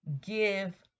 give